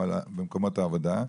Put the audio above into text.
או במקומות העבודה,